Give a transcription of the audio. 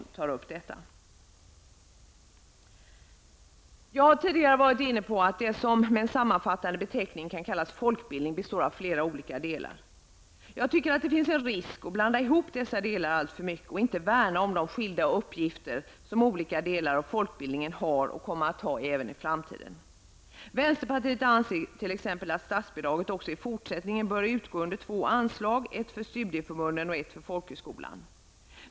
Det som med en sammanfattande beteckning kallas folkbildning består av flera olika delar. Jag tycker att det finns en risk att blanda ihop dessa delar alltför mycket och inte värna om de skilda uppgifter som olika delar av folkbildningen har och kommer att ha även i framtiden. Vänsterpartiet anser t.ex. att statsbidraget också i fortsättningen bör utgå under två anslag, ett för studieförbunden och ett för folkhögskolorna.